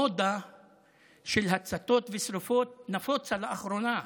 המודה של הצתות ושרפות נפוצה לאחרונה,